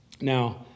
Now